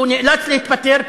נאלץ להתפטר,